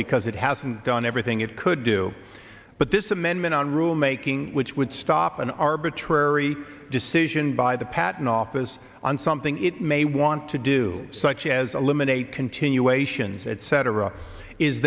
because it hasn't done everything it could do but this amendment on rule making which would stop an arbitrary decision by the patent office on something it may want to do such as eliminate continuations etc